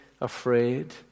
afraid